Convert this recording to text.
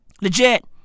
Legit